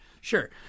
sure